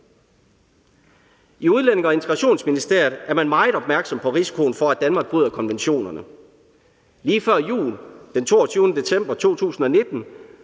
I Udlændinge- og Integrationsministeriet er man meget opmærksom på risikoen for, at Danmark bryder konventionerne. Lige før jul, den 22. december 2019,